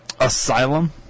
Asylum